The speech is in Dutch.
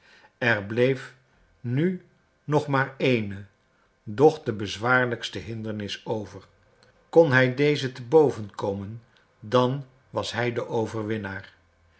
er bleef nu nog maar ééne doch de bezwaarlijkste hindernis over kon hij deze te boven komen dan was hij overwinnaar